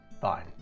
fine